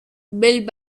built